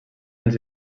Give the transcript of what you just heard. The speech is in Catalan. els